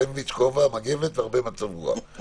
סנדוויץ', כובע, מגבת והרבה מצב רוח.